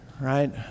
right